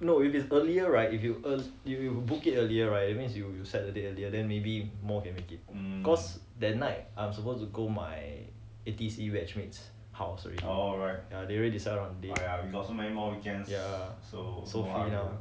no if it's earlier right if you ear~ if you book it earlier right means you you set the date earlier then maybe more can make it cause at night I'm suppose to go my A_T_C batch mate's house already ya they already decide on monday ya so 我要